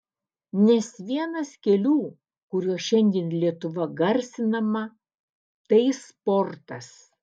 nes vienas kelių kuriuo šiandien lietuva garsinama tai sportas